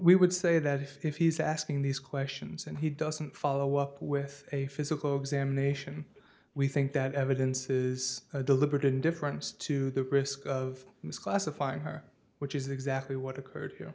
we would say that if he's asking these questions and he doesn't follow up with a physical examination we think that evidence is a deliberate indifference to the risk of this classifying which is exactly what occurred